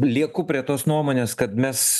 lieku prie tos nuomonės kad mes